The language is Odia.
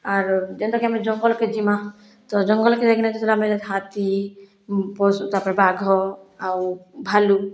ଆରୁ ଯେନ୍ତା କେ ଆମେ ଜଙ୍ଗଲ୍କେ ଯିମାଁ ତ ଜଙ୍ଗଲ୍କେ ଯାଇକିନା ଯେତୋଲେ ଆମେ ହାତୀ ପଶୁ ତାପରେ ବାଘ ଆଉ ଭାଲୁ